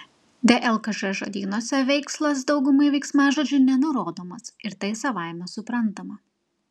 dlkž žodynuose veikslas daugumai veiksmažodžių nenurodomas ir tai savaime suprantama